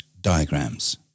diagrams